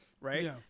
Right